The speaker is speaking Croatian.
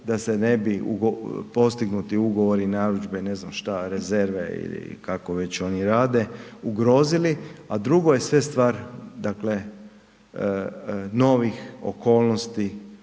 da se ne bi postignuti ugovori, narudžbe, ne znam šta, rezerve ili kako već oni rade, ugrozili, a drugo je sve stvar, dakle, novih okolnosti,